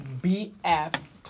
BF